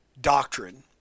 doctrine